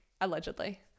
allegedly